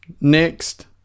next